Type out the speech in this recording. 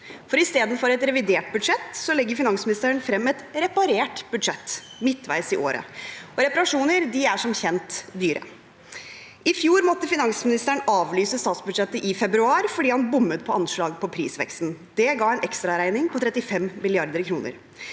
I stedet for et revidert budsjett legger finansministeren frem et reparert budsjett midtveis i året, og reparasjoner er som kjent dyre. I fjor måtte finansministeren avlyse statsbudsjettet i februar fordi han bommet på anslaget på prisveksten. Det ga en ekstraregning på 35 mrd. kr.